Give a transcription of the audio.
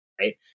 right